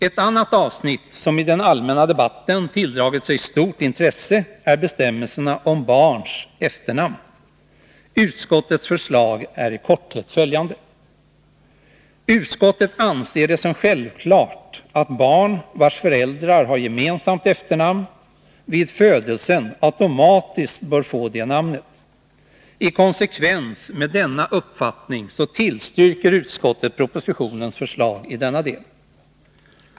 Ett annat avsnitt som i den allmänna debatten tilldragit sig stort intresse är bestämmelserna om barns efternamn. Utskottets förslag är i korthet följande. Utskottet anser det självklart att barn, vars föräldrar har gemensamt efternamn, vid födelsen automatiskt får det namnet. I konsekvens med denna uppfattning tillstyrker utskottet propositionens förslag i denna del.